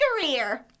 career